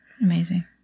Amazing